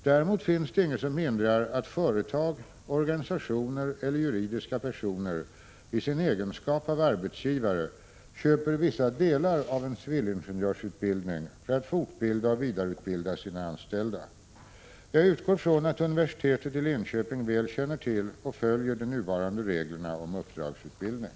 Däremot finns det inget som hindrar att företag, organisationer eller juridiska personer i sin egenskap av arbetsgivare köper vissa delar av en civilingenjörsutbildning för att fortbilda och vidareutbilda sina anställda. Jag utgår från att universitetet i Linköping väl känner till och följer de nuvarande reglerna om uppdragsutbildning.